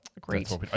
great